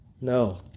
No